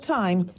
time